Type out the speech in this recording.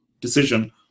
decision